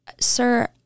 sir